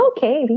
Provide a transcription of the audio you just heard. Okay